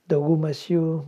daugumas jų